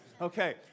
Okay